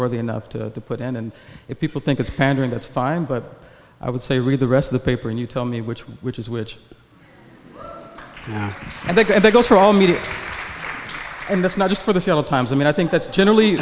worthy enough to put in and if people think it's pandering that's fine but i would say read the rest of the paper and you tell me which one which is which i think they go for all media and that's not just for the seattle times i mean i think that's generally